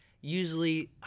usually